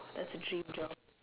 that's a dream job